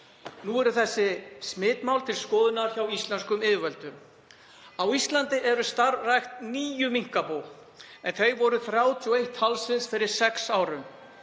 Nú eru þessi smitmál til skoðunar hjá íslenskum yfirvöldum. Á Íslandi eru starfrækt níu minkabú en þau voru 31 talsins fyrir sex árum.